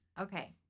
okay